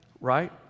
Right